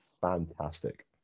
fantastic